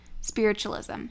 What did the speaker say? spiritualism